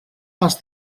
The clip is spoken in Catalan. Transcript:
pas